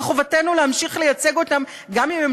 וחובתנו להמשיך לייצג אותם גם אם הם